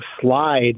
slide